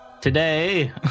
today